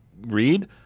read